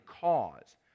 cause